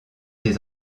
des